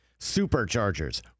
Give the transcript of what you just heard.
Superchargers